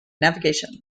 navigation